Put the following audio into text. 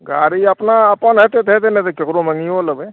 गाड़ी अपना अपन हेतै तऽ हेतै नहि तऽ ककरो माँगिओ लेबै